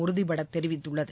உறுதிபடதெரிவித்துள்ளது